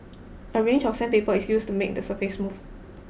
a range of sandpaper is used to make the surface smooth